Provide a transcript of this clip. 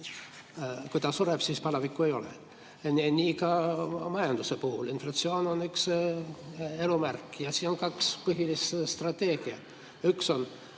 Kui ta sureb, siis palavikku ei ole. Nii ka majanduse puhul: inflatsioon on üks elumärk. Ja siin on kaks põhilist strateegiat. Üks on